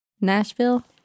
Nashville